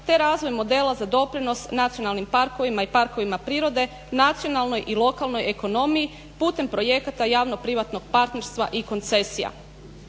te razvoj modela za doprinos nacionalnim parkovima i parkovima prirode nacionalnoj i lokalnoj ekonomiji putem projekata javnoprivatnog partnerstva i koncesija.".